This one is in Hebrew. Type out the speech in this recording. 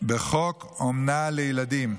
בחוק אומנה לילדים.